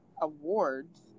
awards